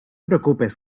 preocupes